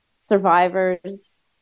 Survivors